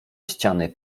ściany